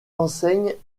enseignes